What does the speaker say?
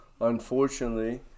unfortunately